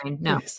no